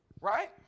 right